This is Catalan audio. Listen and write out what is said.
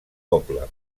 poble